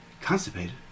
constipated